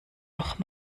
noch